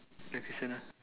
next question lah